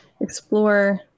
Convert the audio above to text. explore